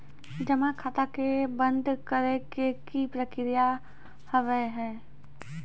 जमा खाता के बंद करे के की प्रक्रिया हाव हाय?